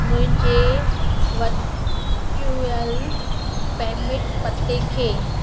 मुंहिंजे virtual payment पते खे